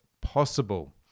possible